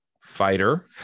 fighter